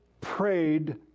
prayed